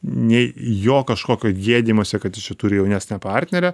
nei jo kažkokio gėdijimosi kad jis čia turi jaunesnę partnerę